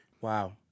Wow